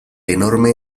enorme